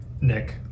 nick